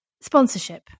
sponsorship